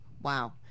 Wow